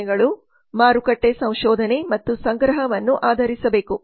ಯೋಜನೆಗಳು ಮಾರುಕಟ್ಟೆ ಸಂಶೋಧನೆ ಮತ್ತು ಸಂಗ್ರಹವನ್ನು ಆಧರಿಸಿರಬೇಕು